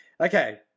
okay